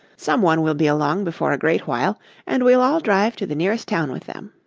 some one will be along before a great while and we'll all drive to the nearest town with them.